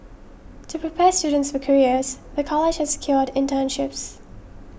to prepare students for careers the college has secured internships